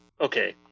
Okay